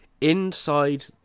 inside